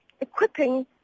equipping